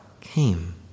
came